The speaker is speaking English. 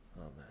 Amen